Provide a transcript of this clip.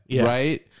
right